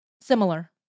similar